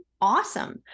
awesome